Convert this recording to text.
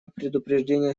предупреждения